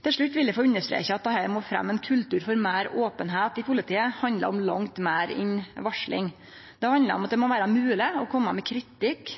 Til slutt vil eg få understreke at dette med å fremje ein kultur for meir openheit i politiet handlar om langt meir enn varsling. Det handlar om at det må vere mogleg å kome med kritikk